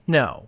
no